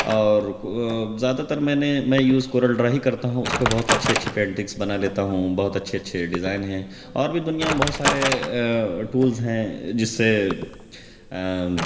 اور کو زیادہ تر میں نے میں یوز کورل ڈرا ہی کرتا ہوں اس پہ بہت اچھے اچھے پینٹنگز بنا لیتا ہوں بہت اچھے اچھے ڈیزائن ہیں اور بھی دنیا میں بہت سارے ٹولز ہیں جس سے